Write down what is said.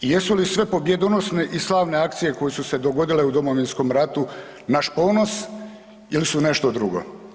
Jesu li sve pobjedonosne i slavne akcije koje su se dogodile u Domovinskom ratu naš ponos il su nešto drugo?